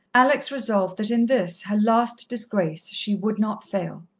alex resolved that in this, her last disgrace, she would not fail.